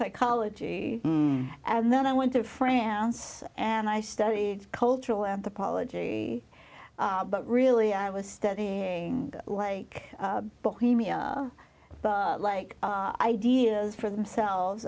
psychology and then i went to france and i studied cultural anthropology but really i was studying like bohemia like ideas for themselves